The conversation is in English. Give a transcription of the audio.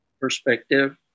perspective